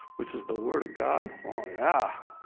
which is the word of god? oh yeah.